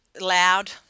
Loud